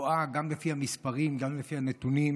גם לפי המספרים וגם לפי הנתונים,